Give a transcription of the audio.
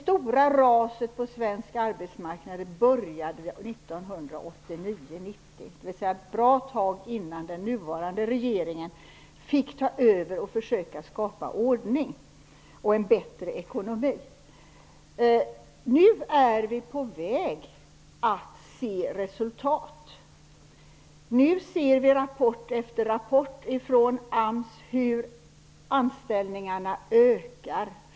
1989--1990, dvs. ett bra tag innan den nuvarande regeringen fick ta över och försöka skapa ordning och en bättre ekonomi. Nu är vi på väg att se resultat. I rapport efter rapport från AMS kan vi se hur anställningarna ökar.